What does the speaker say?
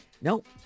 Nope